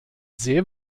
sehr